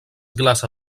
glaça